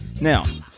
Now